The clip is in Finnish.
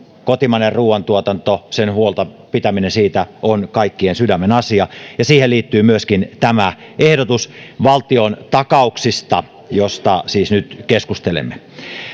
kotimainen ruoantuotanto huolta pitäminen siitä on kaikkien sydämen asia ja siihen liittyy myöskin tämä ehdotus valtiontakauksista josta nyt siis keskustelemme